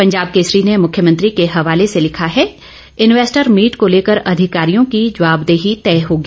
पंजाब केसरी ने मुख्यमंत्री के हवाले से लिखा है इन्वैस्टर मीट को लेकर अधिकारियों की जवाबदेही तय होगी